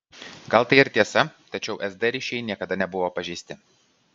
gal tai ir tiesa tačiau sd ryšiai niekada nebuvo pažeisti